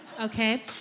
Okay